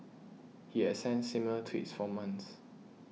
he had sent similar tweets for months